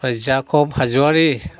जाखब हाज'वारि